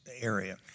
area